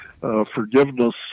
forgiveness